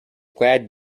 glad